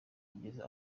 kugeza